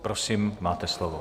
Prosím, máte slovo.